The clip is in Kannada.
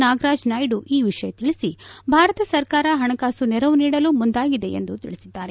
ನಾಗರಾಜ ನಾಯ್ಡು ಈ ವಿಷಯ ತಿಳಿಸಿ ಭಾರತ ಸರ್ಕಾರ ಪಣಕಾಸು ನೆರವು ನೀಡಲು ಮುಂದಾಗಿದೆ ಎಂದು ತಿಳಿಸಿದ್ದಾರೆ